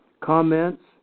comments